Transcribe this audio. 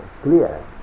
clear